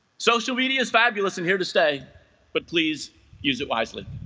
social media is fabulous and here to stay but please use it wisely